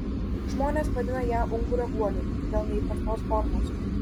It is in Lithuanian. žmonės vadina ją ungurio guoliu dėl neįprastos formos